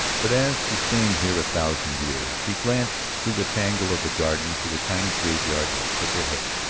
but as to staying here a thousand years. she glanced through the tangle of the garden to the tiny graveyard and shook her head.